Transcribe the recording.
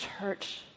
church